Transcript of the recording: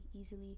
easily